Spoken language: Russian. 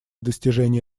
достижения